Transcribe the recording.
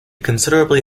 considerably